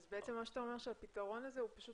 אז בעצם מה שאתה אומר, שהפתרון הזה הוא פשוט